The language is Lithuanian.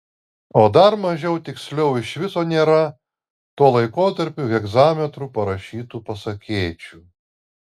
o dar mažiau tiksliau iš viso nėra tuo laikotarpiu hegzametru parašytų pasakėčių